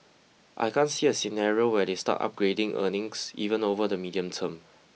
I can't see a scenario where they start upgrading earnings even over the medium term